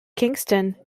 kingston